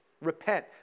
Repent